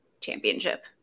Championship